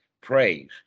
praise